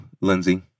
Lindsay